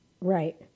Right